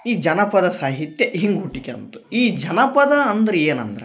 ಈ ಜನಪದ ಸಾಹಿತ್ಯ ಹಿಂಗೆ ಹುಟಿಕ್ಯಂತು ಈ ಜನಪದ ಅಂದ್ರ ಏನಂದ್ರ